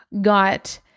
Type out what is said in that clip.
got